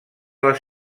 les